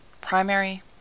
primary